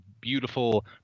beautiful